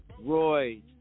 Roy